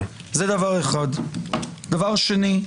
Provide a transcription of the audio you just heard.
דבר שני,